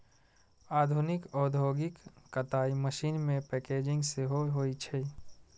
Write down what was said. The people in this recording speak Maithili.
आधुनिक औद्योगिक कताइ मशीन मे पैकेजिंग सेहो होइ छै